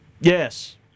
Yes